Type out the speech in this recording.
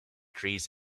trees